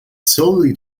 solely